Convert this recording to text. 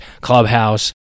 clubhouse